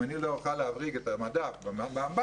אם אני לא אוכל להבריג את המדף באמבטיה,